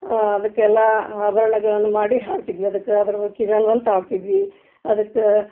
ಅದಕ್ಕೆಲ್ಲ ಆಭರಣಗಳನ್ನು ಮಾಡಿ ಹಾಕ್ತಿದ್ವಿ ಅದಕ್ಕೆ ಅದ್ರ ಹಾಕ್ತಿದ್ವಿ ಅದಕ್ಕೆ